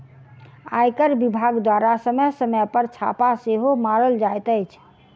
आयकर विभाग द्वारा समय समय पर छापा सेहो मारल जाइत अछि